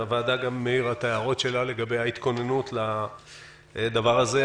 והוועדה גם העירה את ההערות שלה לגבי ההתכוננות לדבר הזה,